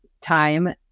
time